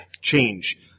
change